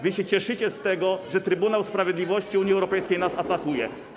Wy się cieszycie z tego, że Trybunał Sprawiedliwości Unii Europejskiej nas atakuje.